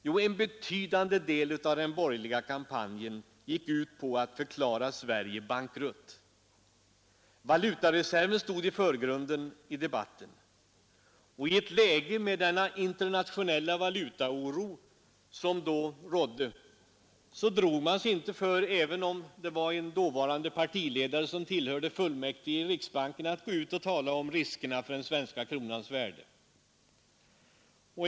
Jo, en betydande del av den borgerliga kampanjen gick ut på att förklara Sverige bankrutt. Valutareserven stod i förgrunden i debatten, och i det läge med internationell valutaoro som då rådde drog man sig inte — trots att en dåvarande partiledare tillhörde fullmäktige i riksbanken — för att gå ut och tala om riskerna för den svenska kronans värde.